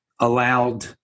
allowed